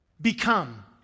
become